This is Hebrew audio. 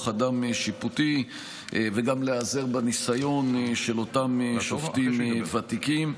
אדם שיפוטי וגם להיעזר בניסיון של אותם שופטים ותיקים.